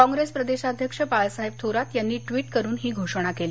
काँग्रेस प्रदेशाध्यक्ष बाळासाहेब थोरात यांनी ट्विट करून ही घोषणा केली